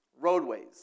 Roadways